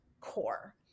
core